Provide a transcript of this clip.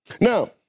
Now